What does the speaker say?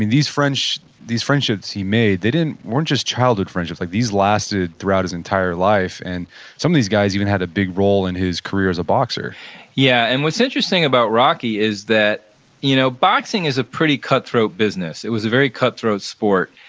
these friendships these friendships he made, they weren't just childhood friendships. like these lasted throughout his entire life. and some of these guys even had a big role in his career as a boxer yeah. and what's interesting about rocky is that you know boxing is a pretty cutthroat business. it was a very cutthroat sport,